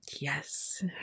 Yes